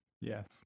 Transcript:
Yes